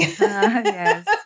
Yes